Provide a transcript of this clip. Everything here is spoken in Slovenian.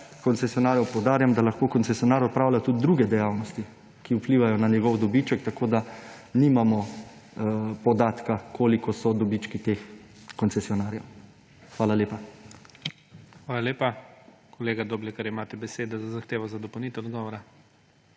koncesionarjev. Poudarjam, da lahko koncesionar opravlja tudi druge dejavnosti, ki vplivajo na njegov dobiček, tako da nimamo podatka, kolikšni so dobički teh koncesionarjev. Hvala lepa. **PREDSEDNIK IGOR ZORČIČ:** Hvala lepa. Kolega Doblekar, imate besedo za zahtevo za dopolnitev odgovora.